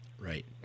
Right